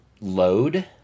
load